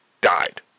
died